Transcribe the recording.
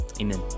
Amen